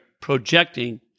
projecting